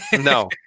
No